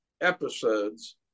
episodes